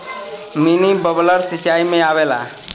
mini bubbler सिचाई में आवेला